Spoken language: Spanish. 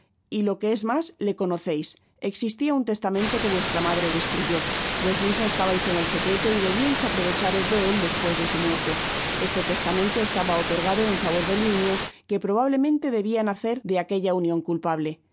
y lo que es mas le conoceis existía un testamento que vuestra madre destruyó vos mismo estabais en él secreto y debiais aprovecharos de él despues de su muerte este testamento estaba otorgado en favor del niño que probablemente debia nacer de aquella union culpable ese